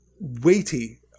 weighty